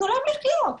תנו להם לחיות.